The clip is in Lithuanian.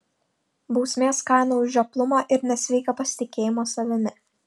bausmės kaina už žioplumą ir nesveiką pasitikėjimą savimi